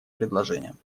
предложением